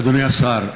אדוני השר,